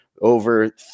over